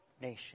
nation